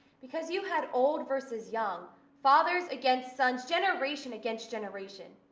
because you had old versus young, fathers against sons, generation against generation.